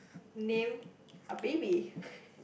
name a baby